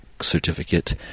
certificate